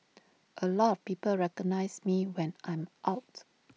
A lot of people recognise me when I am out